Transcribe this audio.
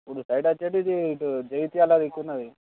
ఇప్పుడు సైడ్ వచ్చేటిది ఇటు జగిత్యాల దిక్కు ఉన్నది